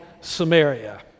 Samaria